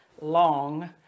long